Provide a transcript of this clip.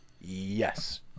Yes